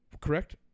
Correct